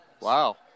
Wow